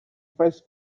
first